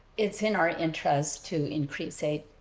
it's in our interest to increase aid.